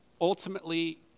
ultimately